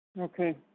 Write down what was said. Okay